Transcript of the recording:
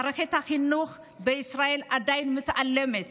מערכת החינוך בישראל עדיין מתעלמת